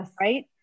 right